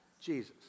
Jesus